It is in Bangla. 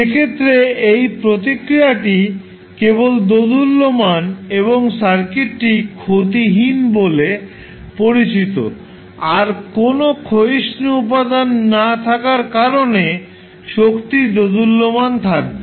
সেক্ষেত্রে এই প্রতিক্রিয়াটি কেবল দোদুল্যমান এবং সার্কিটটি ক্ষতিহীন বলে পরিচিত আর কোনও ক্ষয়িষ্ণু উপাদান না থাকার কারণে শক্তি দোদুল্যমান থাকবে